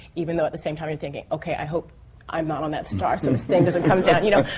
even though at the same time you're thinking, okay, i hope i'm not on that star so this thing doesn't come down. you know,